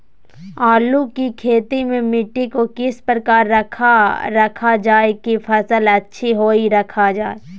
आलू की खेती में मिट्टी को किस प्रकार रखा रखा जाए की फसल अच्छी होई रखा जाए?